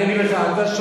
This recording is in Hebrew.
אני אגיד לך.